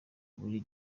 muri